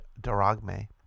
Daragme